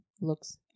Looks